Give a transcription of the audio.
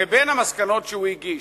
ובין המסקנות שהוא הגיש,